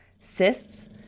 cysts